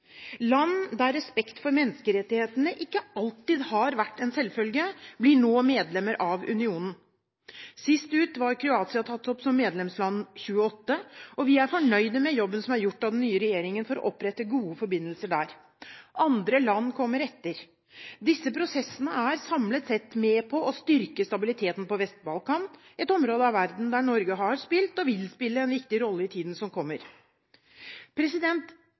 Land der respekt for menneskerettighetene ikke alltid har vært en selvfølge, blir nå medlemmer av unionen. Sist ut var Kroatia, som ble tatt opp som medlemsland nr. 28, og vi er fornøyd med jobben som er gjort av den nye regjeringen for å opprette gode forbindelser der. Andre land kommer etter. Disse prosessene er samlet sett med på å styrke stabiliteten på Vest-Balkan, et område av verden der Norge har spilt – og vil spille i tiden som kommer – en viktig rolle.